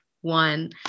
one